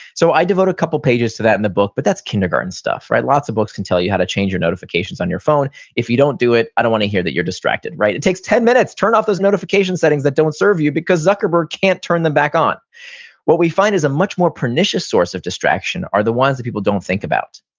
so i devote a couple pages to that in the book, but that's kindergarten stuff. lots of books can tell you how to change your notifications on your phone. if you don't do it, i don't want to hear that you're distracted. it takes ten minutes. turn off those notification settings that don't serve you, because zuckerberg can't turn them back on what we find is a much more pernicious source of distraction are the ones that people don't think about.